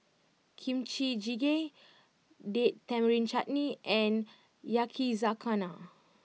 Kimchi Jjigae Date Tamarind Chutney and Yakizakana